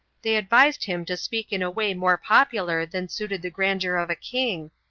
they advised him to speak in a way more popular than suited the grandeur of a king,